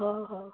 ହଁ ହଁ